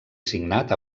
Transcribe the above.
signat